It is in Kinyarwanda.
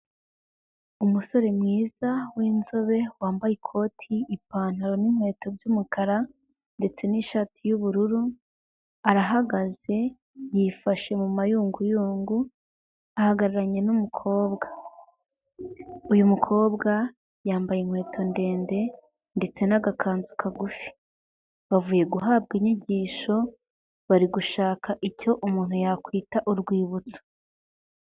Umusore mwiza w'inzobe wambaye ikoti, ipantaro n'inkweto by'umukara, ndetse n'ishati y'ubururu, arahagaze, yifashe mu mayunguyungu, ahagararanye n'umukobwa, uyu mukobwa yambaye inkweto ndende, ndetse n'agakanzu kagufi, bavuye guhabwa inyigisho, bari gushaka icyo umuntu yakwita urwibutso.